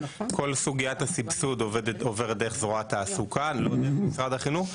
כל סוגיית הסבסוד עוברת דרך זרוע התעסוקה לא דרך משרד החינוך,